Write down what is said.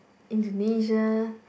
Indonesia